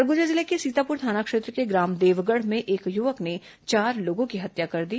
सरगुजा जिले के सीतापुर थाना क्षेत्र के ग्राम देवगढ़ में एक युवक ने चार लोगों की हत्या कर दी